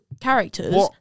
characters